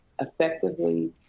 effectively